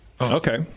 Okay